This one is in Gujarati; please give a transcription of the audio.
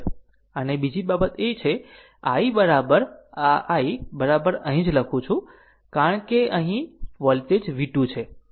અને બીજી બાબત આ છે i આ i અહીં જ લખવું કારણ કે અહીં વોલ્ટેજ v 2 છે